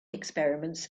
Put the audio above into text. experiments